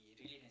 he really nice